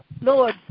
Lord